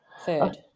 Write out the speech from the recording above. Third